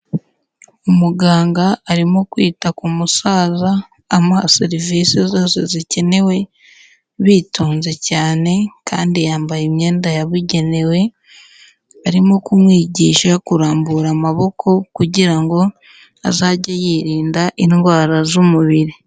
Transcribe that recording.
Umuganga arimo kwita ku musaza amuha serivise zose zikenewe, bitonze cyane kandi yambaye imyenda yabugenewe, arimo kumwigisha kurambura amaboko kugira ngo azajye yirinda indwara z'umubiri.